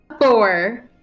Four